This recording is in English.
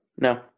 no